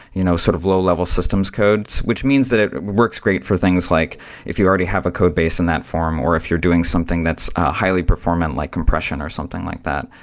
you know sort of low-level systems codes, which means that it works great for things like if you already have a code base in that form or if you're doing something that's highly performant, like compression or something like that.